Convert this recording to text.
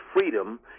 freedom